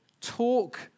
talk